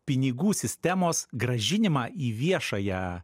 pinigų sistemos grąžinimą į viešąją